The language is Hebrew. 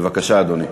בבקשה, אדוני.